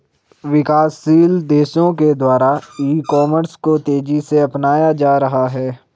विकासशील देशों के द्वारा ई कॉमर्स को तेज़ी से अपनाया जा रहा है